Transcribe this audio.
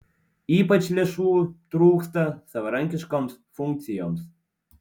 ypač lėšų trūksta savarankiškoms funkcijoms